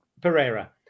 Pereira